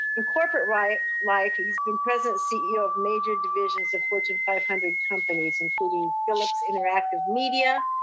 in corporate right life, he's been president ceo of major divisions of fortune five hundred companies, including phillips interactive media,